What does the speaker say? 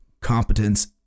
competence